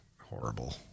horrible